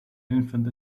infant